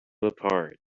apart